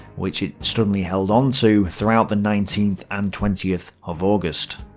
which it stubbornly held onto throughout the nineteenth and twentieth of august.